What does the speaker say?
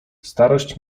starość